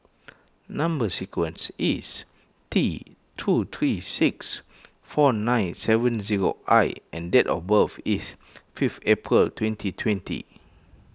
Number Sequence is T two three six four nine seven zero I and date of birth is fifth April twenty twenty